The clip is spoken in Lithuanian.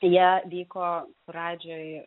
jie vyko pradžioj